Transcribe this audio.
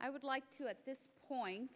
i would like to at this point